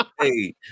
hey